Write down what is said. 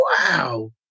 wow